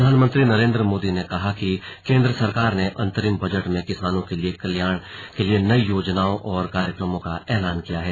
प्रधानमंत्री नरेंद्र मोदी ने कहा कि केंद्र सरकार ने अंतरिम बजट में किसानों के कल्याण के लिए नई योजनाओं और कार्यक्रमों का ऐलान किया है